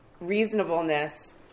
reasonableness